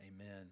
Amen